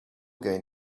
going